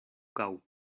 cau